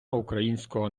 українського